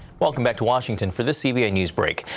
welcome back to washington for the cbn news break.